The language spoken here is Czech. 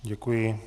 Děkuji.